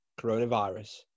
coronavirus